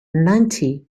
ninety